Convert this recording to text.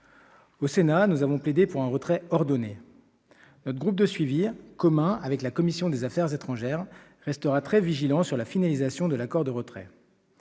Le Sénat a plaidé pour un « retrait ordonné », et notre groupe de suivi, commun avec la commission des affaires étrangères, restera très vigilant quant à la finalisation de l'accord de retrait.